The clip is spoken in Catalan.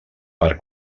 per